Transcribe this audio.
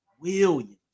Williams